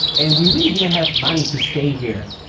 and we really didn't have money to stay here.